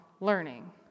learning